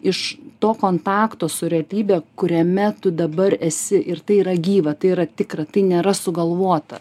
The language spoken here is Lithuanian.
iš to kontakto su realybe kuriame tu dabar esi ir tai yra gyva tai yra tikra tai nėra sugalvota